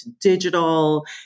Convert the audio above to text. digital